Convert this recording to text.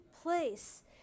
place